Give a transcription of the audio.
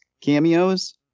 cameos